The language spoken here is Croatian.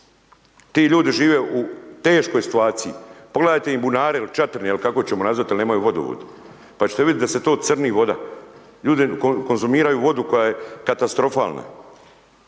Ti ljudi žive u teškoj situaciji, pogledajte im bunare il čatrne il kako ćemo nazvat jel nemaju vodovod pa ćete vidit da se to crni voda. Ljudi konzumiraju vodu koja je katastrofalna.